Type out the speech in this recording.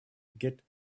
get